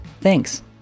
Thanks